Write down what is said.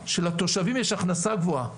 שלתושבים יש הכנסה גבוהה,